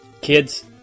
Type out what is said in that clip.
Kids